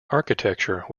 architecture